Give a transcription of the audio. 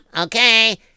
Okay